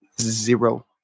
Zero